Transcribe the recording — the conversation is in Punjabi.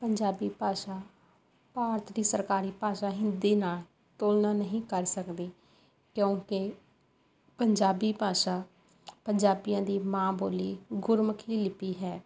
ਪੰਜਾਬੀ ਭਾਸ਼ਾ ਭਾਰਤ ਦੀ ਸਰਕਾਰੀ ਭਾਸ਼ਾ ਹਿੰਦੀ ਨਾਲ ਤੁਲਨਾ ਨਹੀਂ ਕਰ ਸਕਦੀ ਕਿਉਂਕਿ ਪੰਜਾਬੀ ਭਾਸ਼ਾ ਪੰਜਾਬੀਆਂ ਦੀ ਮਾਂ ਬੋਲੀ ਗੁਰਮੁਖੀ ਲਿੱਪੀ ਹੈ